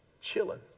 chilling